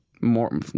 More